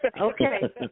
Okay